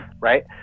Right